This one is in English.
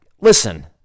Listen